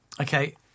Okay